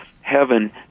heaven